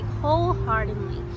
wholeheartedly